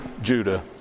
Judah